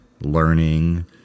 learning